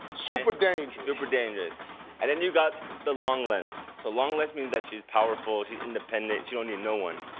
super dangerous? super dangerous and then you got the long length, so long length means that she's powerful, she's independent, she don't need no one.